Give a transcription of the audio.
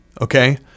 okay